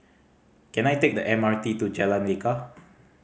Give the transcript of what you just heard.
can I take the M R T to Jalan Lekar